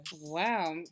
Wow